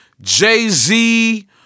Jay-Z